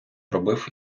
робив